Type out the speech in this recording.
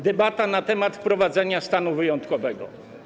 Debata na temat wprowadzenia stanu wyjątkowego.